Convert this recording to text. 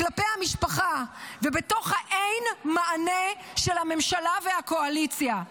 כלפי המשפחה ובתוך האין-מענה של הממשלה והקואליציה.